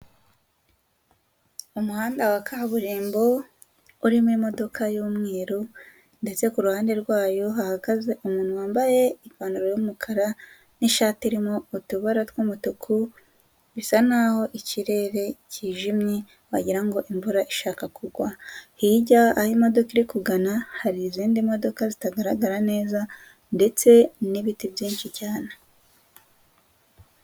Umuhanda wa kaburimbo urimo imodoka y'umweru ndetse kuruhande rwayo hahagaze umuntu wambaye ipantaro yumukara ni'shati irimo utubara tw'umutuku, bisa naho ikirere kijimye wagira imvura ishaka kugwa higa aho imodoka iri kugana hari izindi modoka zitagaragara neza ndetse n'ibiti byinshi cyane.